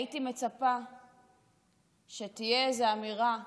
הייתי מצפה שתהיה איזו אמירה כוללת,